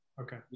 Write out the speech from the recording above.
okay